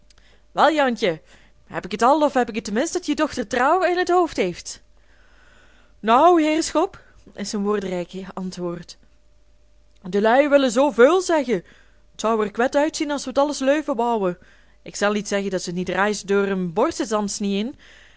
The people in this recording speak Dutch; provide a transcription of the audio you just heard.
wel jantje heb ik het al of heb ik het mis dat je dochter trouwen in het hoofd heeft nou heerschop is zijn woordenrijk antwoord de lui willen zoo veul zeggen t zou er kwed uitzien as we t alles leuven wouwen ik zel niet zeggen dat ze niet rais deur een borst is